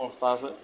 সংস্থা আছে